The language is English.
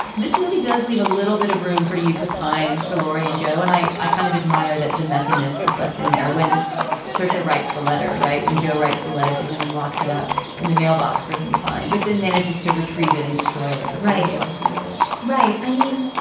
this movie does leave a little bit of room for you to pine for lori and joe. and i i kind of admire that the messiness is left in there when sasha writes the letter, right. when joe writes the letter to him and locks it up in the mailbox for him to find within manages to retrieve it and destroy it. but ryan ever sees it, right i mean,